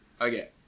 okay